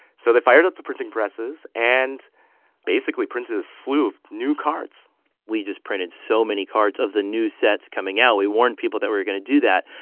so they fired up the printing presses and basically printed a slew of new cards we just printed so many cards of the new sets coming out. we warned people that we were going to do that.